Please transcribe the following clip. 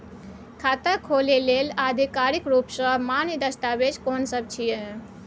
खाता खोले लेल आधिकारिक रूप स मान्य दस्तावेज कोन सब छिए?